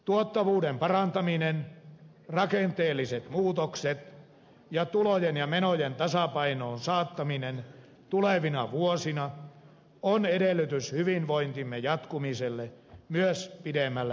tuottavuuden parantaminen rakenteelliset muutokset ja tulojen ja menojen tasapainoon saattaminen tulevina vuosina on edellytys hyvinvointimme jatkumiselle myös pidemmällä tähtäyksellä